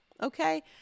okay